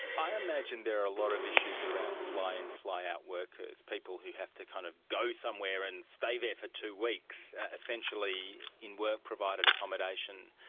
i imagine there are a lot of issues around fly in, fly out workers, people who have to kind of go somewhere and stay there for two weeks, essentially in work provided accommodation,